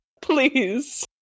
Please